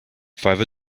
five